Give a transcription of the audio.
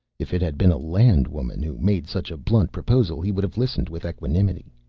if it had been a land-woman who made such a blunt proposal he would have listened with equanimity.